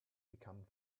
become